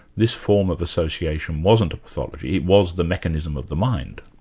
this form of association wasn't a pathology, it was the mechanism of the mind.